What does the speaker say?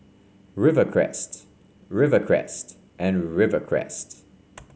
Rivercrest Rivercrest and Rivercrest